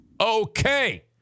Okay